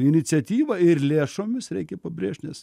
iniciatyva ir lėšomis reikia pabrėžt nes